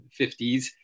50s